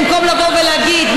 במקום לבוא ולהגיד,